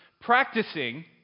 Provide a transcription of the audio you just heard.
practicing